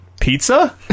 pizza